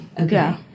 Okay